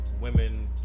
women